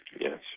Yes